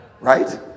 right